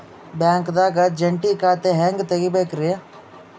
ಬ್ಯಾಂಕ್ದಾಗ ಜಂಟಿ ಖಾತೆ ಹೆಂಗ್ ತಗಿಬೇಕ್ರಿ?